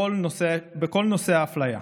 בכל נושא האפליה.